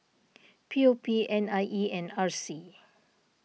P O P N I E and R C